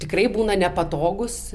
tikrai būna nepatogūs